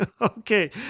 Okay